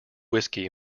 whisky